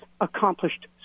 accomplished